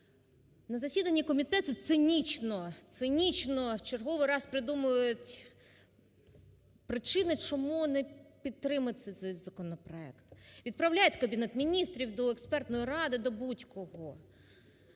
На засідання комітету цинічно, цинічно в черговий раз придумують причини, чому не підтримати цей законопроект. Відправляють в Кабінет Міністрів, до експертної ради, до будь-кого.